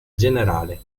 generale